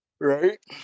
Right